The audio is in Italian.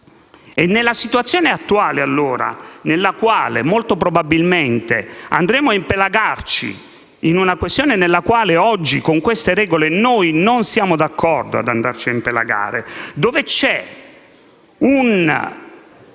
Nella situazione attuale, allora, molto probabilmente andremo a impelagarci in una questione nella quale oggi, con queste regole, noi non siamo d'accordo ad andarci a impelagare perché c'è un